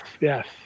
yes